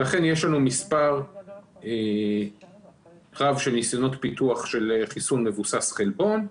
יש לנו מספר רב של ניסיונות פיתוח של חיסון מבוסס חלבון.